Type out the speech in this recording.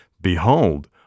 Behold